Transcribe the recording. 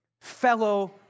fellow